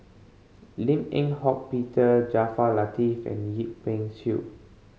Lim Eng Hock Peter Jaafar Latiff and Yip Pin Xiu